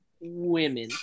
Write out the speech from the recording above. Women